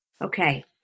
Okay